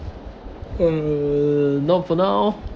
uh not for now